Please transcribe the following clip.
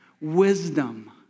wisdom